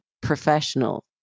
professional